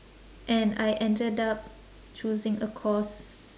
and I ended up choosing a course